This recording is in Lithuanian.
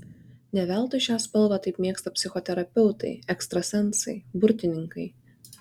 ne veltui šią spalvą taip mėgsta psichoterapeutai ekstrasensai burtininkai